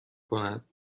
کند